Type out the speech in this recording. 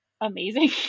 amazing